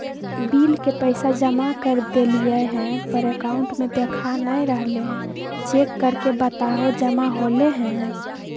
Bill के पैसा जमा कर देलियाय है पर अकाउंट में देखा नय रहले है, चेक करके बताहो जमा होले है?